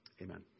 Amen